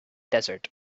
desert